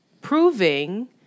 proving